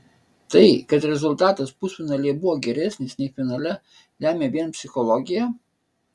tai kad rezultatas pusfinalyje buvo geresnis nei finale lemia vien psichologija